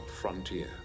frontier